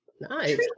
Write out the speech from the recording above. nice